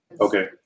Okay